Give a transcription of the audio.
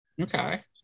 Okay